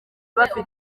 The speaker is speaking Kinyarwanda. bafite